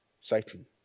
Satan